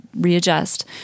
readjust